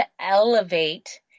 elevate